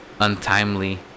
untimely